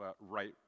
right